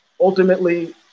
ultimately